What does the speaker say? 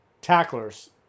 tacklers